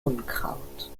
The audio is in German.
unkraut